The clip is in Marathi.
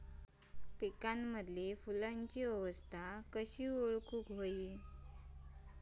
पिकांमदिल फुलांची अवस्था कशी ओळखुची?